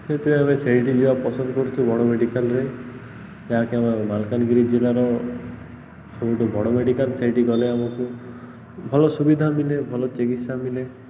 ସେଥିପାଇଁ ଆମେ ସେଇଠି ଯିବା ପସନ୍ଦ କରୁଛୁ ବଡ଼ ମେଡ଼ିକାଲ୍ରେ ଯାହାକି ଆମ ମାଲକାନଗିରି ଜିଲ୍ଲାର ସବୁଠୁ ବଡ଼ ମେଡ଼ିକାଲ୍ ସେଇଠି ଗଲେ ଆମକୁ ଭଲ ସୁବିଧା ମିଳେ ଭଲ ଚିକିତ୍ସା ମିଳେ